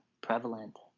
prevalent